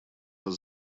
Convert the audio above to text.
вас